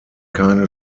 keine